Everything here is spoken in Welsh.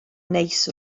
neis